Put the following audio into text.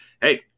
hey